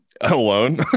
alone